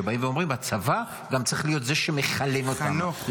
שבאים ואומרים: הצבא גם צריך להיות זה שמחלל אותם.